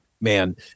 man